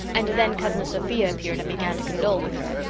and then cousin sophia appeared and began to condole with her.